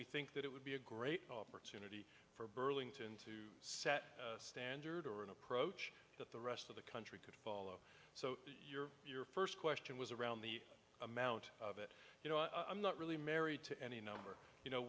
we think that it would be a great opportunity for burlington to set a standard or an approach that the rest of the country could follow so you're your first question was around the amount of it you know i'm not really married to any number you know